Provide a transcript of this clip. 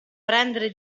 prendere